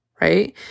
Right